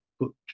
put